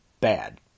bad